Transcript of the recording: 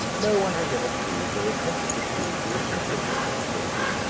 no one has ever proved or attempted to prove the existence of such races,